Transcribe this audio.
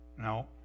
No